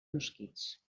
mosquits